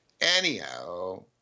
anyhow